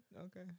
Okay